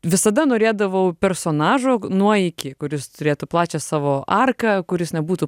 visada norėdavau personažo nuo iki kuris turėtų plačią savo arką kuris nebūtų